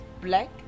black